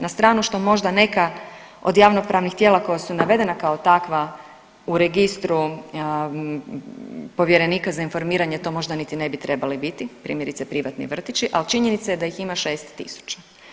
Na stranu što možda neka od javnopravnih tijela koja su navedena kao takva u registru Povjerenika za informiranje to možda niti trebali biti, primjerice privatni vrtići, al činjenica da ih ima 6.000 tisuća.